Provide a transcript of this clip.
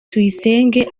tuyisenge